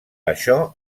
això